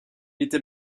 était